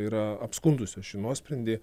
yra apskundusios šį nuosprendį